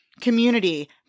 Community